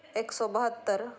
ਇੱਕ ਸੌ ਬਹੱਤਰ